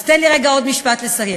אז תן לי רגע עוד משפט לסיים.